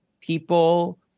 people